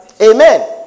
Amen